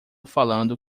falando